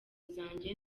zanjye